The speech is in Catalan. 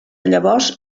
llavors